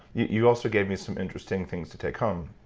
you also gave me some interesting things to take home.